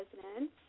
president